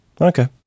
Okay